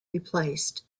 replaced